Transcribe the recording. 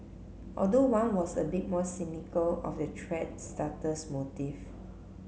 although one was a bit more cynical of the thread starter's motive